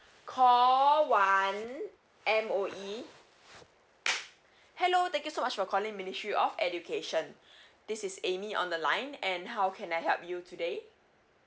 call one M_O_E hello thank you so much for calling ministry of education this is amy on the line and how can I help you today